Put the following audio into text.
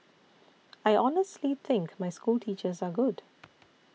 I honestly think my schoolteachers are good